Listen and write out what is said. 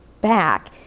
back